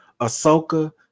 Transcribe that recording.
Ahsoka